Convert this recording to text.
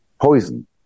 poison